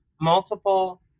multiple